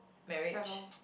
marriage